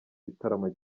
gitaramo